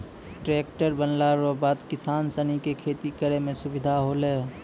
tractor बनला रो बाद किसान सनी के खेती करै मे सुधार होलै